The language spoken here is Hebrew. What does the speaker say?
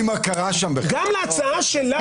גם להצעה שלך